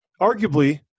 arguably